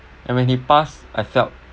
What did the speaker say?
and when he passed I felt